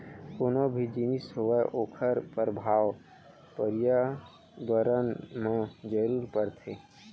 कोनो भी जिनिस होवय ओखर परभाव परयाबरन म जरूर परथे